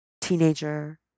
teenager